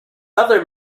other